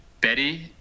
Betty